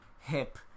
hip